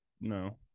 No